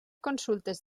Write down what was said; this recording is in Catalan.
consultes